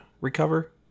Recover